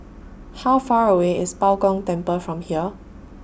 How Far away IS Bao Gong Temple from here